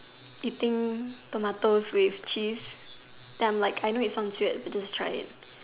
eating tomatoes with cheese then I'm like I know it sounds weird but just try it